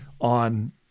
on